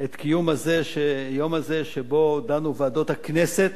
את קיום היום הזה שבו דנו ועדות הכנסת